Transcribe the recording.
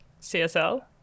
CSL